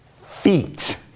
feet